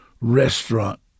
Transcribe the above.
restaurant